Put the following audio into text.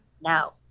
Now